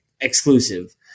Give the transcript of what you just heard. exclusive